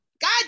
god